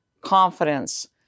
confidence